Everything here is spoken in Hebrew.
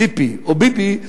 ציפי או ביבי,